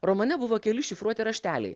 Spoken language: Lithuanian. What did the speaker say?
romane buvo keli šifruoti rašteliai